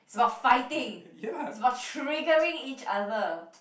is about fighting is about triggering each other